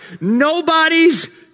Nobody's